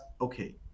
okay